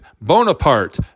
Bonaparte